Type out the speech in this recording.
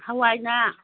ꯍꯋꯥꯏꯅ